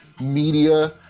media